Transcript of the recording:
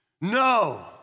No